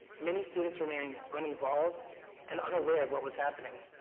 many students remained uninvolved and unaware of what was happening.